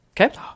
Okay